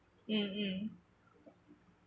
mm mm